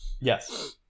Yes